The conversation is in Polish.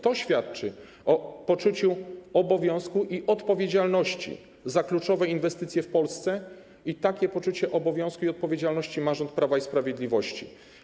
To świadczy o poczuciu obowiązku i odpowiedzialności za kluczowe inwestycje w Polsce i takie poczucie obowiązku i odpowiedzialności ma rząd Prawa i Sprawiedliwości.